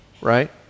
right